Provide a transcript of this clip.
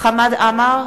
חמד עמאר,